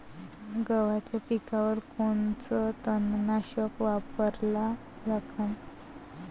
गव्हाच्या पिकावर कोनचं तननाशक वापरा लागन?